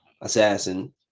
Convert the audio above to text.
assassin